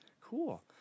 Cool